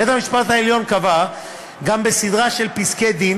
בית-המשפט העליון קבע גם בסדרה של פסקי-דין